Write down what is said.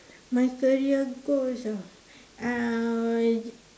my career goals ah